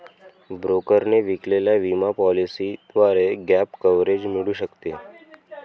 ब्रोकरने विकलेल्या विमा पॉलिसीद्वारे गॅप कव्हरेज मिळू शकते